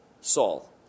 saul